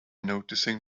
noticing